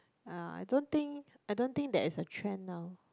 uh I don't think I don't think there is a trend now